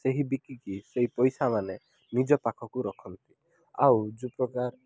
ସେହି ବିକିକି ସେଇ ପଇସା ମାନେ ନିଜ ପାଖକୁ ରଖନ୍ତି ଆଉ ଯେଉଁପ୍ରକାର